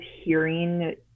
hearing